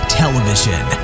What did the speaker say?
television